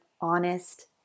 honest